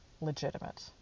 legitimate